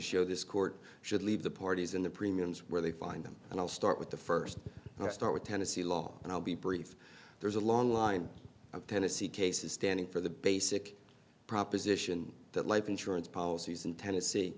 show this court should leave the parties in the premiums where they find them and i'll start with the first and i start with tennessee law and i'll be brief there's a long line of tennessee cases standing for the basic proposition that life insurance policies in tennessee